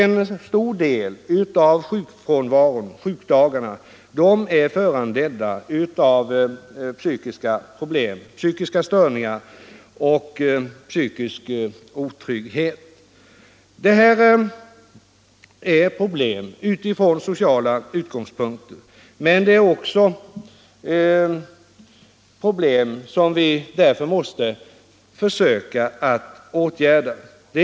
En stor del av sjukdagarna är föranledda av psykiska störningar och psykisk otrygghet. Detta är problem från sociala utgångspunkter, och vi måste försöka åtgärda dem.